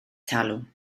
talwm